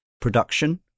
production